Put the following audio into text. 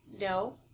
No